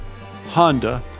Honda